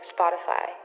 Spotify